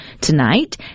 tonight